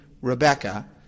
Rebecca